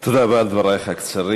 תודה רבה על דברייך הקצרים.